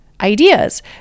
ideas